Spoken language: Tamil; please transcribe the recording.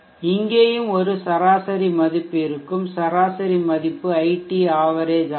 இங்கேயும் ஒரு சராசரி மதிப்பு இருக்கும் சராசரி மதிப்பு iT ஆவரேஜ் ஆகும்